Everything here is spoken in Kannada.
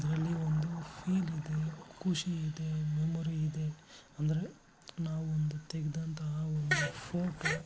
ಇದರಲ್ಲಿ ಒಂದು ಫೀಲಿದೆ ಖುಷಿ ಇದೆ ಮೆಮೊರಿ ಇದೆ ಅಂದರೆ ನಾವೊಂದು ತೆಗೆದಂತಹ ಒಂದು ಫೋಟೋ